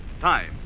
time